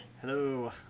hello